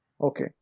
Okay